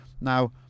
now